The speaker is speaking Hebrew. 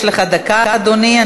יש לך דקה, אדוני.